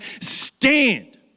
stand